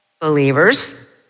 Believers